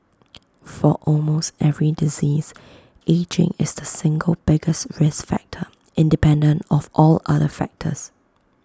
for almost every disease ageing is the single biggest risk factor independent of all other factors